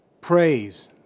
Praise